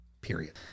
period